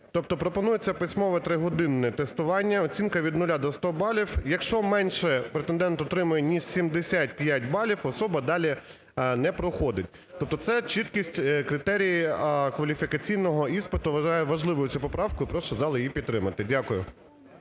Тобто пропонується письмово тригодинне тестування, оцінка від нуля до 100 балів. Якщо менше, претендент отримує не 75 балів, особа далі не проходить. Тобто це чіткість критерії кваліфікаційного іспиту. Вважаю важливою цю поправку, прошу зал її підтримати. Дякую.